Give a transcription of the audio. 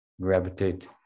gravitate